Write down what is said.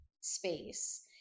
space